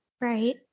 Right